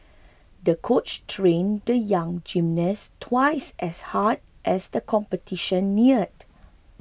the coach trained the young gymnast twice as hard as the competition neared